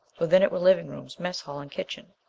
within it were living rooms, mess hall and kitchen.